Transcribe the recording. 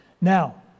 Now